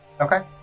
Okay